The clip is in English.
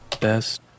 best